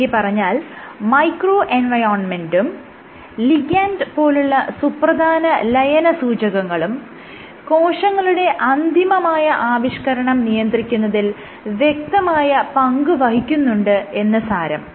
ചുരുക്കിപ്പറഞ്ഞാൽ മൈക്രോ എൻവയോൺമെന്റും ലിഗാൻഡ് പോലുള്ള സുപ്രധാന ലയനസൂചകങ്ങളും കോശങ്ങളുടെ അന്തിമമായ ആവിഷ്കരണം നിയന്ത്രിക്കുന്നതിൽ വ്യക്തമായ പങ്ക് വഹിക്കുന്നുണ്ടെന്ന് സാരം